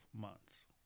months